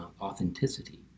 authenticity